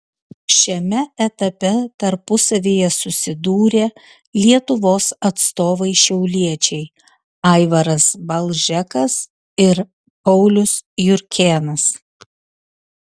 šiame etape tarpusavyje susidūrė lietuvos atstovai šiauliečiai aivaras balžekas ir paulius jurkėnas